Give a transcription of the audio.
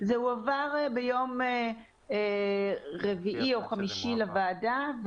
זה הועבר ביום רביעי או חמישי לוועדה.